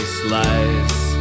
slice